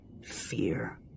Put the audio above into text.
fear